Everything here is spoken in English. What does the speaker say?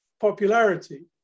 popularity